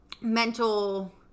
mental